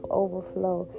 overflow